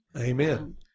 Amen